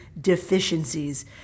deficiencies